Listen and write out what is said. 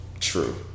True